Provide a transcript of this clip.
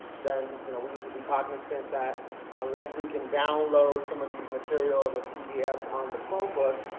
then you know we need to be cognizant that unless we can download some of these materials as pdfs on the chromebook,